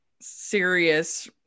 serious